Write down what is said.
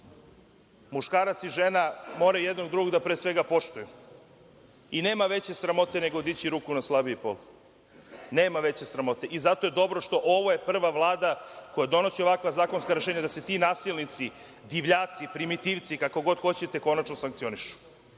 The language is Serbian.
muškarac i žena moraju jedno drugo da pre svega poštuju i nema veće sramote nego dići ruku na slabiji pol. Nema veće sramote i dobro je što je ovo prva Vlada koja donosi ovakva zakonska rešenja da se ti nasilnici, divljaci, primitivci, kako god hoćete, konačno sankcionišu. Ovi